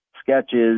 sketches